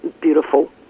beautiful